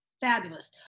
fabulous